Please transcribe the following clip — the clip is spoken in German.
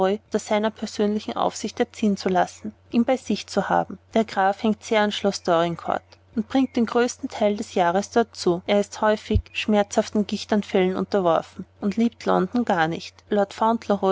seiner persönlichen aufsicht erziehen zu lassen ihn bei sich zu haben der graf hängt sehr an schloß dorincourt und bringt den größten teil des jahres dort zu er ist häufig schmerzhaften gichtanfällen unterworfen und liebt london gar nicht lord